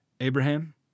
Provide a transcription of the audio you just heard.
Abraham